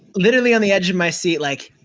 literally on the edge of my seat like,